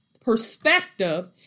perspective